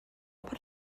per